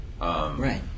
Right